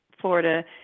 Florida